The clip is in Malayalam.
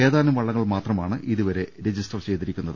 ഏതാനും വള്ളങ്ങൾ മാത്രമാണ് ഇതുവരെ രജി സ്റ്റർ ചെയ്തിരിക്കുന്നത്